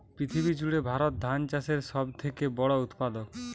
পৃথিবী জুড়ে ভারত ধান চাষের সব থেকে বড় উৎপাদক